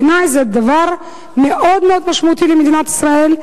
בעיני זה דבר מאוד מאוד משמעותי למדינת ישראל.